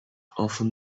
often